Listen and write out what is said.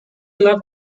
love